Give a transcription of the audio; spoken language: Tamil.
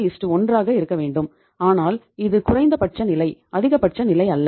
331 ஆக இருக்க வேண்டும் ஆனால் இது குறைந்தபட்ச நிலை அதிகபட்ச நிலை அல்ல